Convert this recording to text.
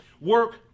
Work